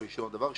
דבר שני,